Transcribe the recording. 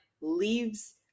leaves